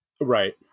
right